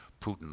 Putin